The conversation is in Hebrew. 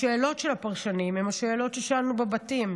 השאלות של הפרשנים הן השאלות ששאלנו בבתים,